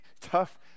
tough